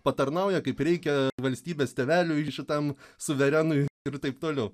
patarnauja kaip reikia valstybės tėveliui šitam suverenui ir taip toliau